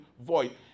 void